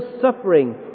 suffering